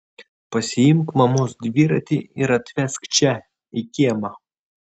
pasiimk mamos dviratį ir atvesk čia į kiemą